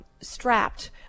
Strapped